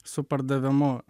su pardavimu